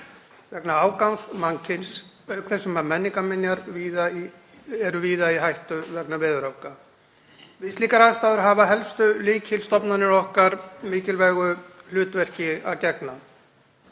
vegna ágangs mannkyns, auk þess sem menningarminjar eru víða í hættu vegna veðuröfga. Við slíkar aðstæður hafa helstu lykilstofnanir okkar mikilvægu hlutverki að gegna.